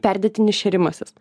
perdėtinis šėrimasis